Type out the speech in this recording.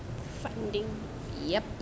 filing